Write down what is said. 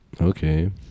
Okay